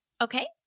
Okay